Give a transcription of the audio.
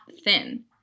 thin